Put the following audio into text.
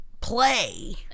play